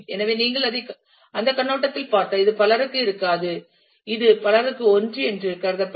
எனவே நீங்கள் அதை அந்தக் கண்ணோட்டத்தில் பார்த்தால் இது பலருக்கு இருக்காது இது பலருக்கு ஒன்று என்று கருதப்படும்